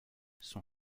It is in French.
son